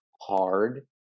hard